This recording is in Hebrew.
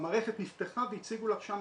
המערכת נפתחה והציגו לך שם.